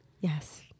Yes